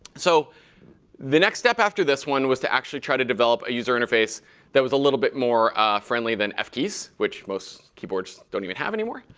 so the next step after this one was to actually try to develop a user interface that was a little bit more friendly than f keys, which most keyboards don't even have anymore.